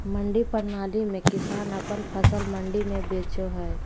मंडी प्रणाली में किसान अपन फसल मंडी में बेचो हय